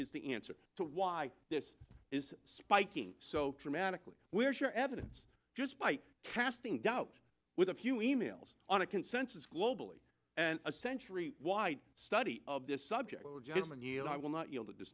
is the answer to why this is spiking so dramatically where's your evidence just by casting doubt with a few e mails on a consensus globally and a century white study of this subject gentleman yield i will not yield at this